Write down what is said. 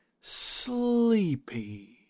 sleepy